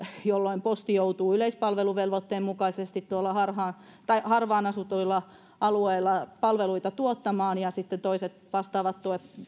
jolloin posti joutuu yleispalveluvelvoitteen mukaisesti tuolla harvaan asutuilla alueilla palveluita tuottamaan ja sitten toiset vastaavat